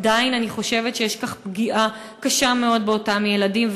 עדיין אני חושבת שיש בכך פגיעה קשה מאוד באותם ילדים,